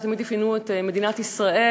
שתמיד אפיינו את מדינת ישראל,